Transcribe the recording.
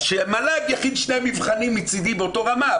אז שהמל"ג יכין שני מבחנים מצידי באותה רמה,